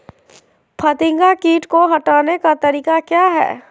फतिंगा किट को हटाने का तरीका क्या है?